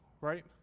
right